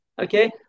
okay